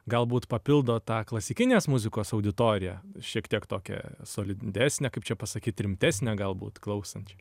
galbūt papildo tą klasikinės muzikos auditoriją šiek tiek tokią solidesnę kaip čia pasakyt rimtesnę galbūt klausančią